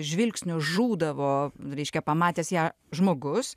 žvilgsnio žūdavo reiškia pamatęs ją žmogus